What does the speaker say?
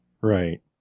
Right